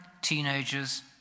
teenagers